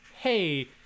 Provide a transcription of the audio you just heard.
hey